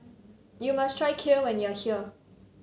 you must try Kheer when you are here